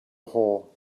hole